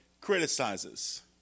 criticizes